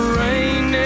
rain